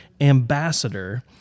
ambassador